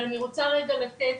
אבל אני רוצה לתת,